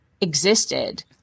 existed